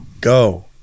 go